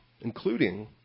including